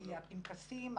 כי הפנקסים,